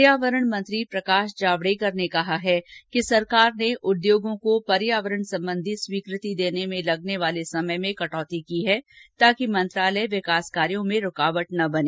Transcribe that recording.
पर्यावरण मंत्री प्रकाश जावडेकर ने कहा है कि सरकार ने उद्योगों को पर्यावरण संबंधी स्वीकृति देने में लगने वाले समय में कटौती की है ताकि मंत्रालय विकास कायों में रुकावट न बने